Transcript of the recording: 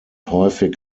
häufig